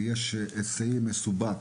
יש רכב היסעים מסובב,